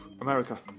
America